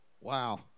Wow